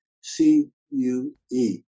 C-U-E